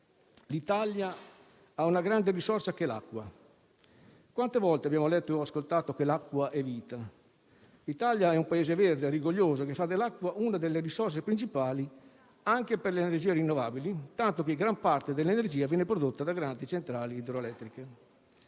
L'Italia ha una grande risorsa, che è l'acqua. Quante volte abbiamo letto o ascoltato che l'acqua è vita. L'Italia è un Paese verde e rigoglioso, cosa che fa dell'acqua una delle risorse principali anche per le energie rinnovabili, tanto che gran parte dell'energia viene prodotta da grandi centrali idroelettriche.